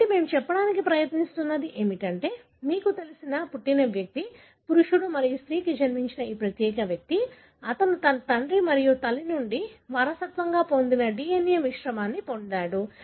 కాబట్టి మేము చెప్పడానికి ప్రయత్నిస్తున్నది ఏమిటంటే మీకు తెలిసిన పుట్టిన వ్యక్తి పురుషుడు మరియు స్త్రీకి జన్మించిన ఈ ప్రత్యేక వ్యక్తి అతను తన తండ్రి మరియు తల్లి నుండి వారసత్వంగా పొందిన DNA మిశ్రమాన్ని పొందాడు